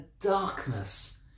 darkness